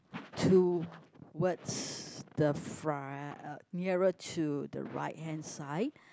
towards the front uh nearer to the right hand side